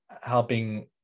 helping